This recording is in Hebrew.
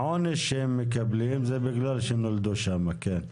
העונש שהם מקבלים זה בגלל שהם נולדו שם, כן.